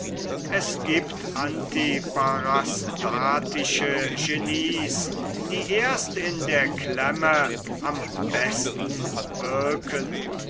es giebt antiparastatische genies die erst in der klemme am besten wirken